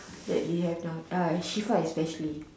that they have not uh Shifah especially